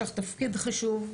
יש לך תפקיד חשוב,